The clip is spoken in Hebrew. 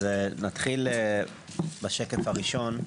נתחיל בשקף הראשון.